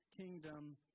kingdom